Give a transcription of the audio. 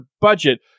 budget